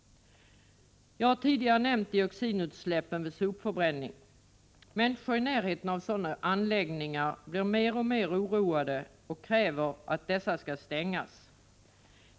Jag har tidigare nämnt dioxinutsläppen vid sopförbränning. Människor som bor i närheten av sopförbränningsanläggningar blir alltmer oroade och kräver att anläggningarna skall stängas.